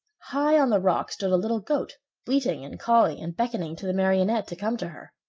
high on the rock stood a little goat bleating and calling and beckoning to the marionette to come to her.